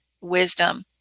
wisdom